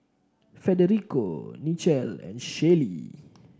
Federico Nichelle and Shaylee